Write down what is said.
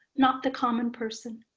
not the common person.